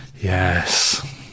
yes